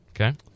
Okay